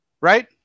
Right